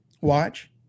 Watch